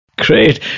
Great